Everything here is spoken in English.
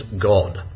God